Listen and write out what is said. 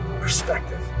Perspective